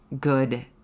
good